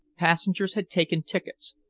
passengers had taken tickets,